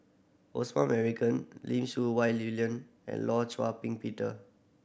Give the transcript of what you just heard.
Osman Merican Lim Siew Wai William and Law Char Ping Peter